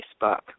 Facebook